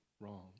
wrong